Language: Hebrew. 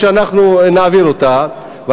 שאנחנו נעביר אותה בטרומית,